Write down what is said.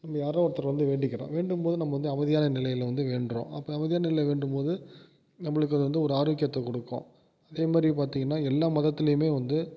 நம்ம யாரோ ஒருத்தர் வந்து வேண்டிக்கிறோம் வேண்டும் போது நம்ம வந்து அமைதியான நிலையில் வந்து வேண்டுகிறோம் அப்போ அமைதியான நிலை வேண்டும் போது நம்மளுக்கு அது வந்து ஒரு ஆரோக்கியத்தை கொடுக்கும் அதே மாதிரி பார்த்திங்கனா எல்லா மதத்துலேயுமே வந்து